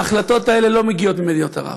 ההחלטות האלה לא מגיעות ממדינות ערב,